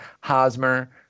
Hosmer